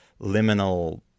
liminal